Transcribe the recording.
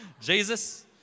Jesus